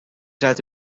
zuid